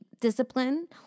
discipline